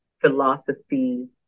philosophy